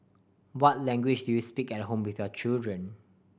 what language do you speak at home with your children